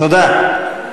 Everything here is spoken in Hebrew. תודה.